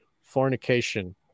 fornication